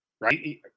right